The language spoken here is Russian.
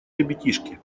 ребятишки